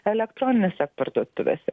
elektroninėse parduotuvėse